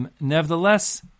Nevertheless